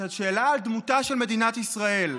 את השאלה על דמותה של מדינת ישראל,